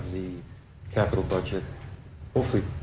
the capital budget hopefully